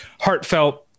heartfelt